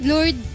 Lord